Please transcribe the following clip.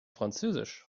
französisch